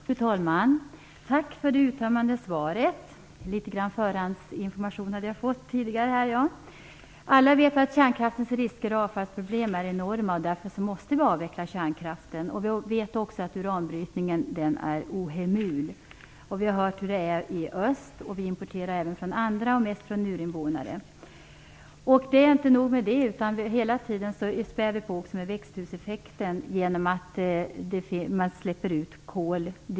Fru talman! Tack för det uttömmande svaret. Jag hade fått litet förhandsinformation tidigare. Alla vet vi att kärnkraftens risker och avfallsproblem är enorma. Därför måste vi avveckla kärnkraften. Vi vet också att uranbrytningen är ohemul. Vi har hört hur det är i öst. Vi importerar även från andra, mest från urinvånare. Det är inte nog med det. Vi spär dessutom hela tiden på växthuseffekten genom att koldioxid släpps ut.